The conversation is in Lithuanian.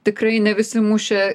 tikrai ne visi mušė